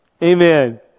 Amen